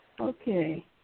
Okay